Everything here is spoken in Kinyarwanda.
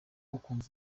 ukumva